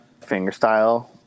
fingerstyle